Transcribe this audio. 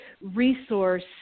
resource